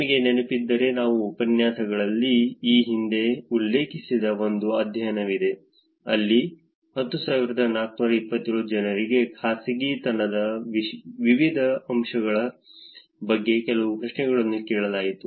ನಿಮಗೆ ನೆನಪಿದ್ದರೆ ನಾನು ಉಪನ್ಯಾಸಗಳಲ್ಲಿ ಈ ಹಿಂದೆ ಉಲ್ಲೇಖಿಸಿದ ಒಂದು ಅಧ್ಯಯನವಿದೆ ಅಲ್ಲಿ 10427 ಜನರಿಗೆ ಖಾಸಗಿತನದ ವಿವಿಧ ಅಂಶಗಳ ಬಗ್ಗೆ ಕೆಲವು ಪ್ರಶ್ನೆಗಳನ್ನು ಕೇಳಲಾಯಿತು